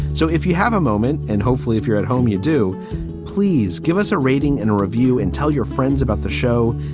so if you have a moment and hopefully if you're at home, you do please give us a rating and a review and tell your friends about the show.